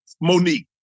Monique